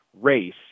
race